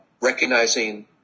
recognizing